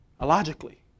Illogically